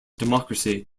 democracy